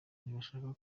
ntibashaka